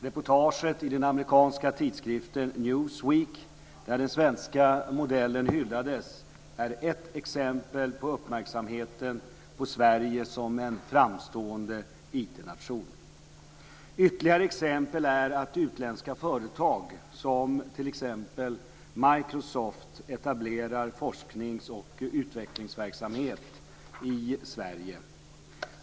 Reportaget i den amerikanska tidskriften Newsweek, där den svenska modellen hyllades, är ett exempel på uppmärksamheten på Sverige som en framstående IT nation. Ytterligare exempel är att utländska företag, som exempelvis Microsoft, etablerar forsknings och utvecklingsverksamhet i Sverige.